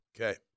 Okay